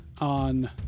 on